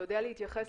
אתה יודע להתייחס לזה?